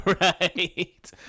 Right